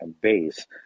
base